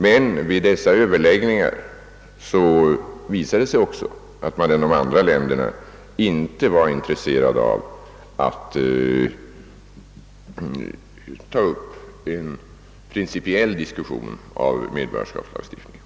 Men vid dessa överläggningar visade det sig också att man i de andra länderna inte var intresserad av att ta upp en principdiskussion om medborgarskapslagstiftningen.